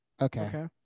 Okay